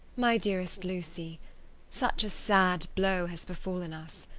my dearest lucy such a sad blow has befallen us.